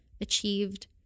achieved